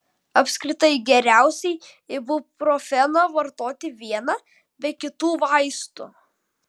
apskritai geriausiai ibuprofeną vartoti vieną be kitų vaistų